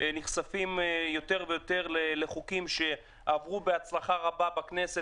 אנחנו נחשפים יותר ויותר לחוקים שעברו בהצלחה רבה בכנסת